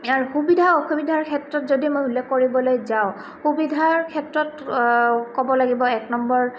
ইয়াৰ সুবিধা অসুবিধাৰ ক্ষেত্ৰত যদি মই উল্লেখ কৰিবলৈ যাওঁ সুবিধাৰ ক্ষেত্ৰত ক'ব লাগিব এক নম্বৰ